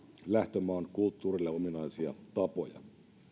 lähtömaan kulttuurille ominaisia tapoja